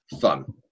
fun